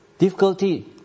difficulty